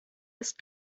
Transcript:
ist